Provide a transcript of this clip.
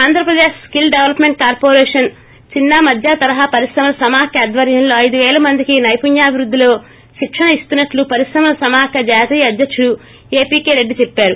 Andhra Pradesh skill development corporation చిన్న మధ్య తరహా పరిశ్రమల సమాఖ్య ఆధ్వర్యంలో ఐదు పేల మందికి సైపుణ్యాభివృద్దిలో శిక్షణ ఇస్తున్నట్లు పరిశ్రమల సమాఖ్య జాతీయ అధ్యకుడు ఏపీకే రెడ్డి చెప్పారు